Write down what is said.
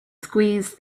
squeezed